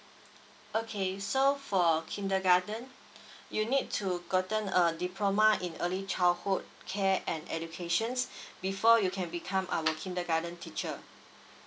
okay so for kindergarten you need to gotten a diploma in early childhood care and educations before you can become our kindergarten teacher